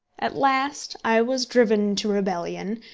at last i was driven to rebellion,